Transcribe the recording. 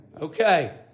Okay